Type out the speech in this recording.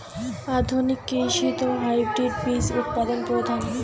আধুনিক কৃষিত হাইব্রিড বীজ উৎপাদন প্রধান